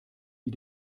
die